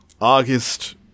August